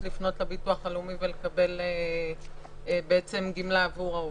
לפנות לביטוח הלאומי ולקבל גמלה עבור העובדים.